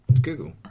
Google